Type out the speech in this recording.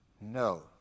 No